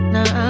Now